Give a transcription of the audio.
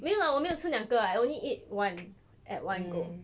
没有 lah 我没有吃两个 I only eat one at one go